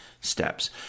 steps